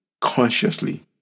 consciously